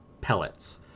pellets